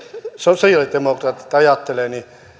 sosialidemokraatit ajattelevat